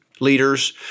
leaders